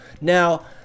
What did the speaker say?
Now